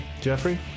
Jeffrey